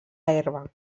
herba